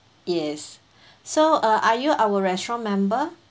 yes so uh are you our restaurant member